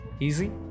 easy